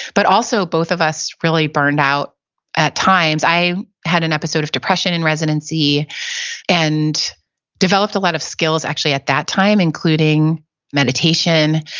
but also, both of us really burned out at times i had an episode of depression in residency and developed a lot of skills, actually, at that time, including meditation,